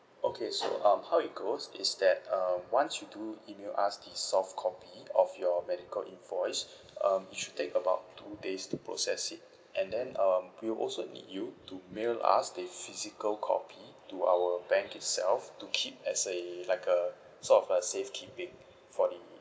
okay so um how it goes is that um once you do email us the soft copy of your medical invoice um it should take about two days to process it and then um we will also need you to mail us the physical copy to our bank itself to keep as a like a sort of a safekeeping for the